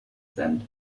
tent